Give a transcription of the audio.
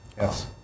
yes